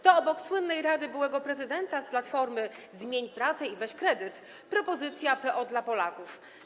To obok słynnej rady byłego prezydenta z Platformy: zmień pracę i weź kredyt propozycja PO dla Polaków.